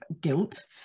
guilt